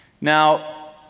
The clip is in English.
Now